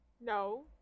No